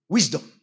Wisdom